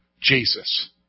Jesus